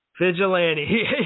Vigilante